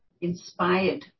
inspired